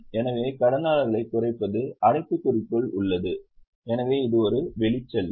எனவே கடனாளர்களைக் குறைப்பது அடைப்புக்குறிக்குள் உள்ளது எனவே இது ஒரு வெளிச்செல்லல்